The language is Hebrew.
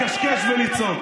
לקשקש ולצעוק.